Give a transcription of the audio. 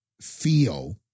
feel